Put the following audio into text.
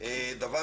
תודה רבה.